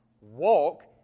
Walk